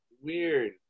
Weird